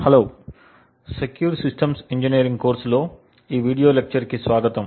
hello secure systems engineering కోర్సులో ఈ video lecture కి స్వాగతం